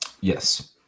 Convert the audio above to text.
Yes